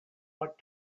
what